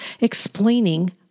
explaining